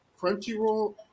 Crunchyroll